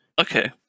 Okay